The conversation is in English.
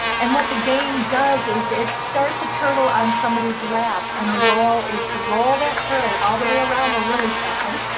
and what the game does is, it starts the turtle on somebody's lap, and the goal is to roll that turtle all the way around the lily pad,